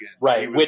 Right